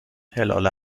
هلال